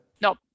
No